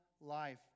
life